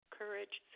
courage